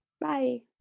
Bye